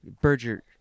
Berger